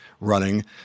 running